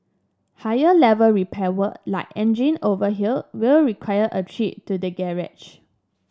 higher level repair work like engine overhaul will require a trip to the garage